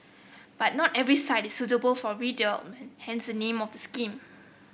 but not every site is suitable for hence the name of the scheme